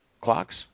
clocks